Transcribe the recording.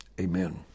Amen